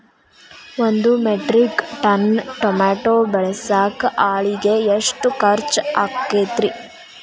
ಒಂದು metric ton tomato ಬೆಳಸಾಕ್ ಆಳಿಗೆ ಎಷ್ಟು ಖರ್ಚ್ ಆಕ್ಕೇತ್ರಿ?